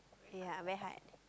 ya very hard